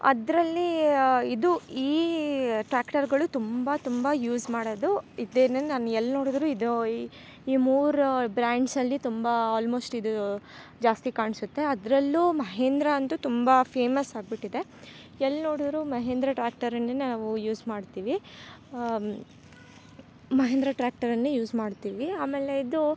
ಅದರಲ್ಲಿ ಇದು ಈ ಟ್ರಾಕ್ಟರ್ಗಳು ತುಂಬ ತುಂಬ ಯೂಸ್ ಮಾಡೋದು ಇದೇನೆ ನಾನು ಎಲ್ಲಿ ನೋಡಿದ್ರು ಇದು ಈ ಈ ಮೂರು ಬ್ರ್ಯಾಂಡ್ಸಲ್ಲಿ ತುಂಬ ಆಲ್ಮೋಸ್ಟ್ ಇದು ಜಾಸ್ತಿ ಕಾಣಿಸುತ್ತೆ ಅದರಲ್ಲು ಮಹೇಂದ್ರ ಅಂತು ತುಂಬ ಫೇಮಸ್ ಆಗಿಬಿಟ್ಟಿದೆ ಎಲ್ಲಿ ನೋಡಿದ್ರು ಮಹೇಂದ್ರ ಟ್ಯಾಕ್ಟರನ್ನನ್ನೆ ನಾವು ಯೂಸ್ ಮಾಡ್ತೀವಿ ಮಹೇಂದ್ರ ಟ್ರಾಕ್ಟರನ್ನೆ ಯೂಸ್ ಮಾಡ್ತೀವಿ ಆಮೇಲೆ ಇದು